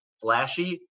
flashy